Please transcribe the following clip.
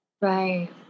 Right